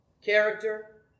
character